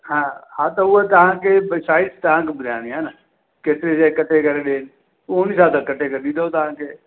हा हा त उहो तव्हांखे भई साइज़ तव्हांखे ॿुधाइणी आहे न केतरी इहो कटे करे ॾियनि उहो उन हिसाब सां कटे करे ॾींदव तव्हांखे